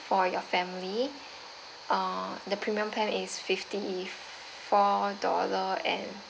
for your family uh the premium plan is fifty four dollar and